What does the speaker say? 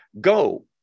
Go